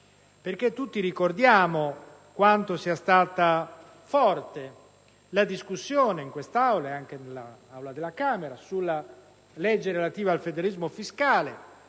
perché tutti ricordiamo quanto sia stata forte la discussione in quest'Aula e alla Camera sulla legge relativa al federalismo fiscale,